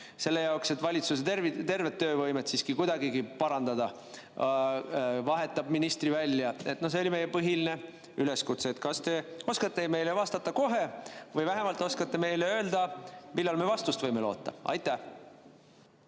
selleks, et valitsuse töövõimet siiski kuidagigi parandada, vahetab selle ministri välja. See oli meie põhiline üleskutse. Kas te oskate meile vastata kohe või vähemalt oskate meile öelda, millal me vastust võime loota?